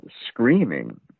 Screaming